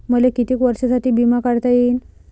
मले कितीक वर्षासाठी बिमा काढता येईन?